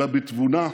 אלא בתבונה,